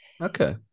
okay